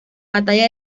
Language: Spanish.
batalla